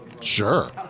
Sure